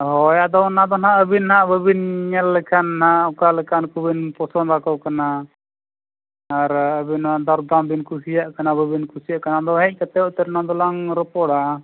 ᱦᱳᱭ ᱟᱫᱚ ᱚᱱᱟ ᱫᱚ ᱦᱟᱸᱜ ᱟᱹᱵᱤᱱ ᱦᱟᱸᱜ ᱵᱟᱹᱵᱤᱱ ᱧᱮᱞ ᱞᱮᱠᱷᱟᱱ ᱦᱟᱸᱜ ᱚᱠᱟ ᱞᱮᱠᱟᱱ ᱠᱚᱵᱤᱱ ᱯᱚᱥᱚᱱᱫᱽ ᱟᱠᱚ ᱠᱟᱱᱟ ᱟᱨ ᱟᱹᱵᱤᱱ ᱫᱚᱨᱫᱟᱢ ᱵᱤᱱ ᱠᱩᱥᱤᱭᱟᱜ ᱠᱟᱱᱟ ᱵᱟᱹᱵᱤᱱ ᱠᱩᱥᱤᱭᱟᱜ ᱠᱟᱱᱟ ᱟᱫᱚ ᱦᱮᱡ ᱠᱟᱛᱮᱫ ᱩᱛᱟᱹᱨ ᱚᱱᱟ ᱫᱚᱞᱟᱝ ᱨᱚᱯᱚᱲᱟ